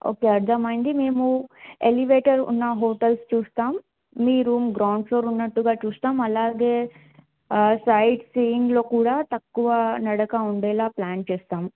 okay అర్థమయ్యింది మేము elevator ఉన్న హోటల్స్ చూస్తాం మీ రూమ్ గ్రౌండ్ ఫ్లోర్ ఉన్నట్టుగా చూస్తాం అలాగే సైట్ సీయింగ్లో కూడా తక్కువ నడక ఉండేలా ప్లాన్ చేస్తాం